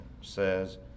says